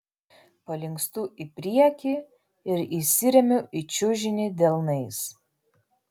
palinkstu į priekį ir įsiremiu į čiužinį delnais